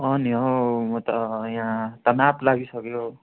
अँ नि हौ म त यहाँ तनाव लागिसक्यो